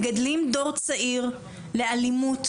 אם אבא שלך היה מוציא הודעה תומכת על איזו שהיא פעולה של חמאס,